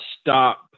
stop